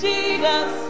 Jesus